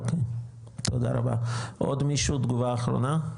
אוקי תודה רבה, עוד מישהו תגובה אחרונה?